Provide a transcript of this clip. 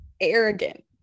arrogant